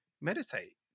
meditate